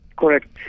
correct